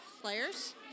players